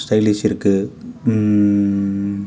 styles இருக்கு